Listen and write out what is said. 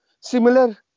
similar